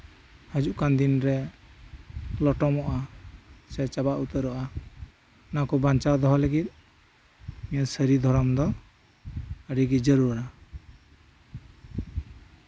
ᱦᱤᱡᱩᱜ ᱠᱟᱱ ᱫᱤᱱᱨᱮ ᱞᱚᱴᱚᱢᱚᱜᱼᱟ ᱥᱮ ᱪᱟᱵᱟ ᱩᱛᱟᱹᱨᱚᱜᱼᱟ ᱱᱚᱣᱟ ᱠᱚ ᱵᱟᱧᱪᱟᱣ ᱫᱚᱦᱚ ᱞᱟᱹᱜᱤᱫ ᱥᱟᱹᱨᱤ ᱫᱷᱚᱨᱚᱢ ᱫᱚ ᱟᱹᱰᱤᱜᱮᱟᱹᱰᱤᱜᱮ ᱡᱟᱹᱨᱩᱲᱟ